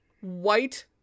white